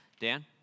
Dan